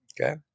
okay